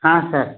ಹಾಂ ಸರ್